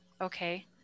Okay